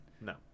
No